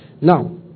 Now